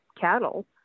cattle